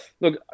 look